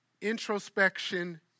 introspection